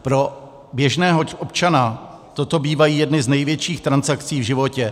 Pro běžného občana toto bývají jedny z největších transakcí v životě.